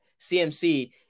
CMC